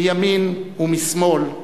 מימין ומשמאל,